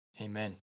Amen